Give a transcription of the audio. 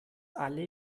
alle